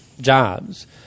jobs